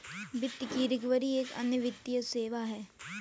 वित्त की रिकवरी एक अन्य वित्तीय सेवा है